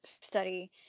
study